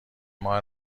ماه